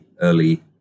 early